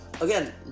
again